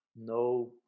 no